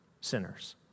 sinners